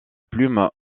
plume